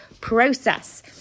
process